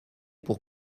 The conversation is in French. pour